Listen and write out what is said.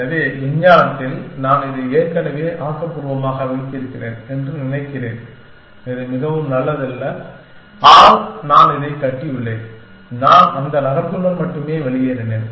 எனவே விஞ்ஞானத்தில் நான் இதை ஏற்கனவே ஆக்கபூர்வமாக வைத்திருக்கிறேன் என்று நினைக்கிறேன் இது மிகவும் நல்லதல்ல ஆனால் நான் இதைக் கட்டியுள்ளேன் நான் அந்த நகரத்துடன் மட்டுமே வெளியேறினேன்